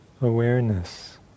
awareness